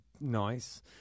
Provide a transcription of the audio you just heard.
nice